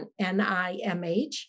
NIMH